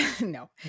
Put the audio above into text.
no